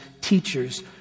teachers